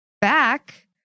back